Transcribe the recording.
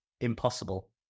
Impossible